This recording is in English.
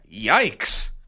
Yikes